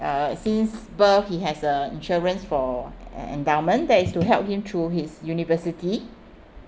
uh since birth he has a insurance for en~ endowment that is to help him through his university